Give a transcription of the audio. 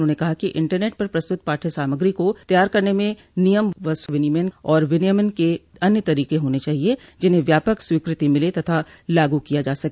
उन्होंने कहा कि इंटरनेट पर प्रस्त्रत पाठ्य सामग्री को तैयार करने में नियम स्व विनियमन और विनियमन क अन्य तरीके होने चाहिए जिन्हें व्यापक स्वीकति मिले तथा लागू किया जा सके